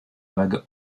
vague